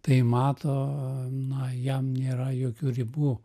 tai mato na jam nėra jokių ribų